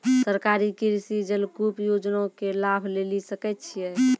सरकारी कृषि जलकूप योजना के लाभ लेली सकै छिए?